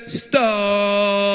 star